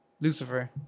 Lucifer